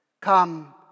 Come